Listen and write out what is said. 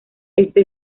este